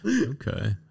Okay